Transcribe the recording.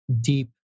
deep